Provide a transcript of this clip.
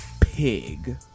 pig